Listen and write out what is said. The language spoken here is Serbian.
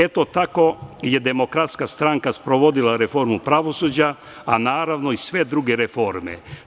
Eto, tako je DS sprovodila reformu pravosuđa, a naravno i sve druge reforme.